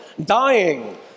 dying